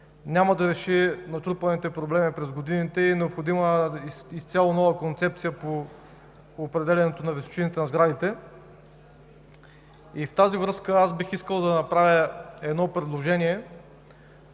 няма да реши натрупаните проблеми през годините и е необходима изцяло нова концепция по определянето на височините на сградите. В тази връзка бих искал да направя едно предложение.